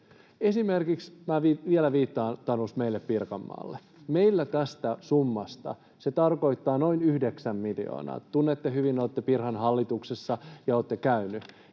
Minä vielä viittaan, Tanus, meille Pirkanmaalle. Meillä tästä summasta se tarkoittaa noin 9 miljoonaa. Tunnette asian hyvin, olette Pirhan hallituksessa ja olette käynyt